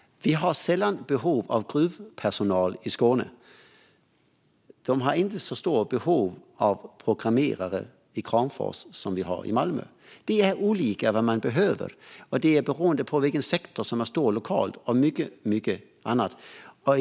Vi har sällan behov av gruvpersonal i Skåne. De har inte så stort behov av programmerare i Kramfors som vi har i Malmö. Det är olika vad man behöver; det är beroende på vilken sektor som är stor lokalt och mycket annat.